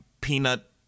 peanut